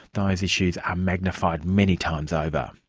those issues are magnified many times over.